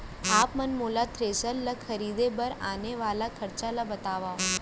आप मन मोला थ्रेसर ल खरीदे बर आने वाला खरचा ल बतावव?